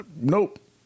Nope